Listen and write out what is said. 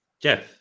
Jeff